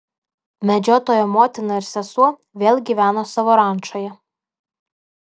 medžiotojo motina ir sesuo vėl gyveno savo rančoje